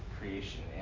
creation